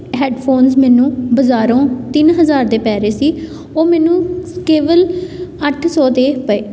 headphones ਮੈਨੂੰ ਬਾਜ਼ਾਰੋਂ ਤਿੰਨ ਹਜ਼ਾਰ ਦੇ ਪੈ ਰਹੇ ਸੀ ਉਹ ਮੈਨੂੰ ਕੇਵਲ ਅੱਠ ਸੌ ਦੇ ਪਏ